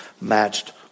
matched